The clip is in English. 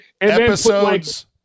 Episodes